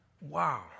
Wow